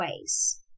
ways